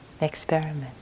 Experiment